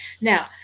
now